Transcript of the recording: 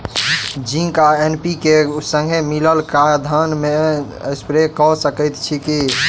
Zinc आ NPK, संगे मिलल कऽ धान मे स्प्रे कऽ सकैत छी की?